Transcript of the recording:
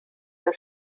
der